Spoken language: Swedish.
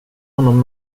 honom